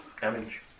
Damage